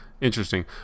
Interesting